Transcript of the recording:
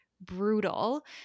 brutal